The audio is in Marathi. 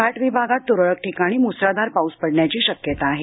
घाट विभागात तुरळक ठिकाणी मुसळधार पाऊस पडण्याची शक्यता आहे